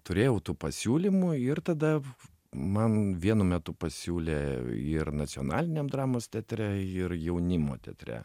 turėjau tų pasiūlymų ir tada man vienu metu pasiūlė ir nacionaliniam dramos teatre ir jaunimo teatre